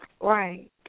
Right